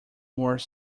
more